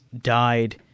died